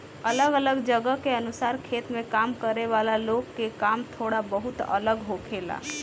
अलग अलग जगह के अनुसार खेत में काम करे वाला लोग के काम थोड़ा बहुत अलग होखेला